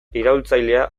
iraultzailea